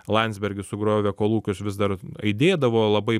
landsbergis sugriovė kolūkius vis dar aidėdavo labai